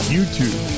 YouTube